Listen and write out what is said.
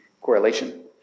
correlation